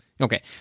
Okay